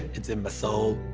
it's in my soul.